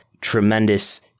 tremendous